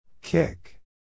Kick